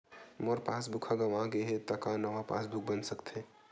मोर passbook ह गंवा गे हे त का नवा पास बुक बन सकथे?